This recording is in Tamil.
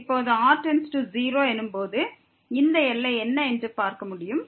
இப்போது r→0 எனும்போது இந்த எல்லை என்ன என்று பார்க்க முடியும்